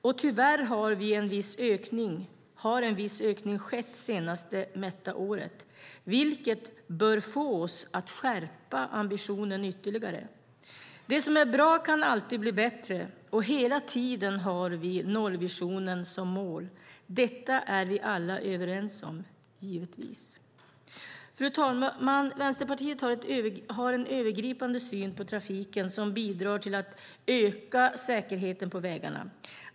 Och tyvärr har en viss ökning skett det senast mätta året, vilket bör få oss att skärpa ambitionen ytterligare. Det som är bra kan alltid bli bättre, och hela tiden har vi nollvisionen som mål. Detta är vi alla givetvis överens om. Fru talman! Vänsterpartiet har en övergripande syn på trafiken som bidrar till att öka säkerheten på vägarna.